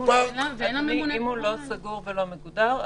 אם הוא לא סגור ולא מגודר,